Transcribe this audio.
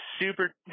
super